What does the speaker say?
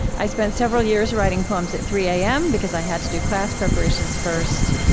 i spent several years writing poems at three am because i had to do class preparations first.